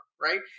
right